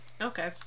Okay